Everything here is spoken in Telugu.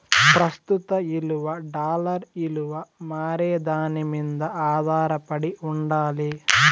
ప్రస్తుత ఇలువ డాలర్ ఇలువ మారేదాని మింద ఆదారపడి ఉండాలి